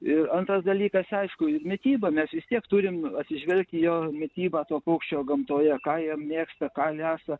ir antras dalykas aišku mityba mes vis tiek turim atsižvelgti į jo mitybą tokio paukščio gamtoje ką jie mėgsta ką lesa